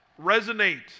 resonate